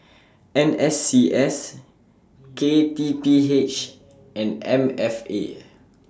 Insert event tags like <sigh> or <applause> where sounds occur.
<noise> N S C S K T P H and M F A